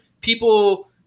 people